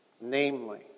Namely